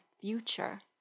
future